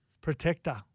protector